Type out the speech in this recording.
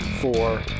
four